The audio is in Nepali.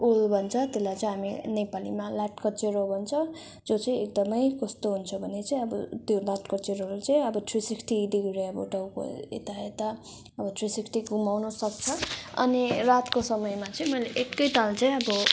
उल्लु भन्छ त्यसलाई चाहिँ हामी नेपालीमा लाटोकोसेरो भन्छौँ जो चाहिँ एकदमै कस्तो हुन्छ भने चाहिँ अब त्यो लाटोकोसेरोहरू चाहिँ अब थ्री सिक्सटी अब टाउको यता यता अब थ्री सिक्सटी घुमाउनुसक्छ अनि रातको समयमा चाहिँ मैले एकैताल चाहिँ अब